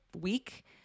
week